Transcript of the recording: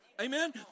Amen